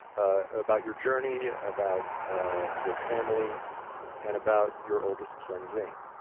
ah about your journey, about ah your family and about your oldest son zain,